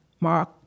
Mark